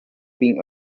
been